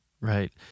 right